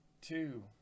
two